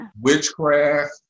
witchcraft